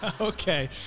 Okay